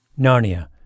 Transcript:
Narnia